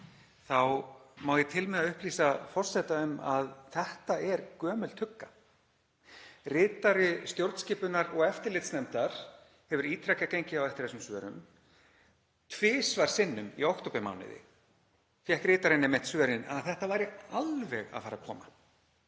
þá má ég til með að upplýsa forseta um að þetta er gömul tugga. Ritari stjórnskipunar- og eftirlitsnefndar hefur ítrekað gengið á eftir þessum svörum. Tvisvar sinnum í októbermánuði fékk ritarinn einmitt svörin að þetta væri alveg að fara að koma.